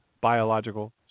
biological